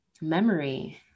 memory